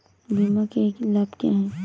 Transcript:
बीमा के लाभ क्या हैं?